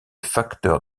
facteur